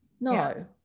No